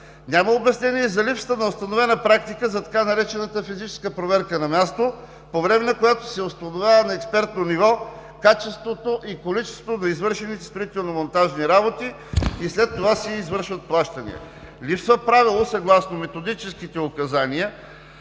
Няма обяснение за липсата на установена практика за така наречената „физическа проверка на място“, по време на която се установява на експертно ниво качеството и количеството на извършените строително-монтажни работи, и след това се извършват плащанията. Липсва правило, съгласно методическите указания